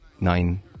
Nine